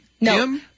No